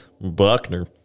Buckner